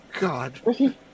God